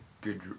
good